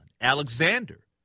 Alexander